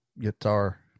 guitar